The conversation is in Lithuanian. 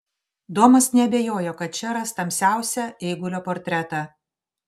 domas neabejojo kad čia ras tamsiausią eigulio portretą